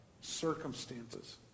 circumstances